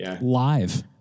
live